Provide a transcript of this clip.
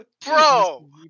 bro